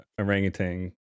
orangutan